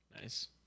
Nice